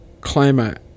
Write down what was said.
climate